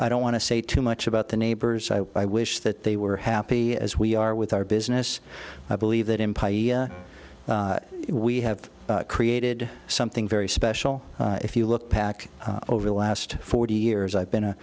i don't want to say too much about the neighbors i wish that they were happy as we are with our business i believe that imply we have created something very special if you look back over the last forty years i've been a